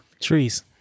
Trees